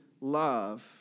love